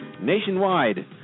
nationwide